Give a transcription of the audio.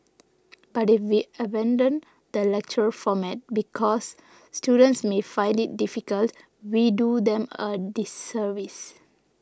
but if we abandon the lecture format because students may find it difficult we do them a disservice